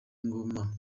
ingoma